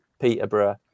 Peterborough